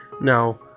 Now